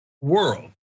world